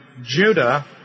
Judah